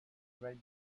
red